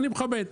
אני מכבד אותו.